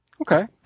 Okay